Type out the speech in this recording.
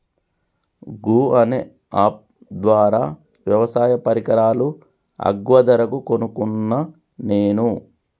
గూ అనే అప్ ద్వారా వ్యవసాయ పరికరాలు అగ్వ ధరకు కొనుకున్న నేను